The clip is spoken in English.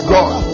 God